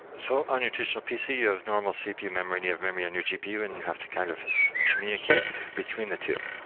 so on your traditional pc, you have normal cpu memory and you have memory on your gpu and you have to kind of communicate between the two.